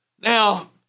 now